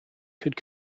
could